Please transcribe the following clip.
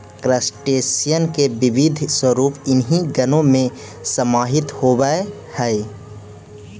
crustacean के विविध स्वरूप इन्हीं गणों में समाहित होवअ हई